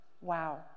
Wow